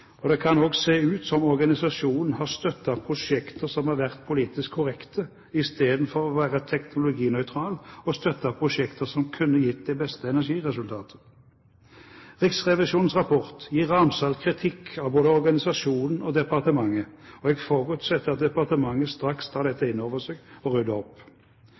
Det kan også se ut som om organisasjonen har støttet prosjekter som har vært politisk korrekte, i stedet for å være teknologinøytral og støttet prosjekter som kunne gitt det beste energiresultatet. Riksrevisjonens rapport gir ramsalt kritikk av både organisasjonen og departementet, og jeg forutsetter at departementet straks tar dette inn over seg og rydder opp.